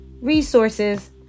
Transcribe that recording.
resources